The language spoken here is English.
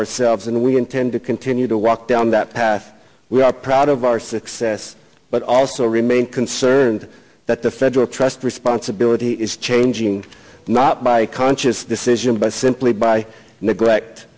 ourselves and we intend to continue to walk down that path we are proud of our success but also remain concerned that the federal trust responsibility is changing not by conscious decision by simply by neglect